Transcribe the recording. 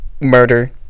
murder